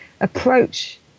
approach